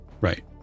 Right